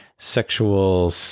sexual